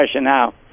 now